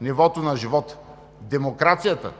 нивото на живот, демокрацията